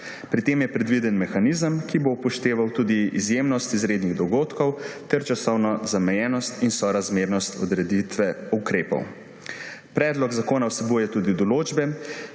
Pri tem je predviden mehanizem, ki bo upošteval tudi izjemnost izrednih dogodkov ter časovno zamejenost in sorazmernost odreditve ukrepov. Predlog zakona vsebuje tudi določbe,